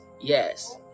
yes